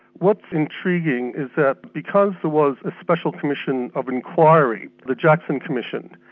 what's intriguing is that because there was a special commission of inquiry, the jackson commission,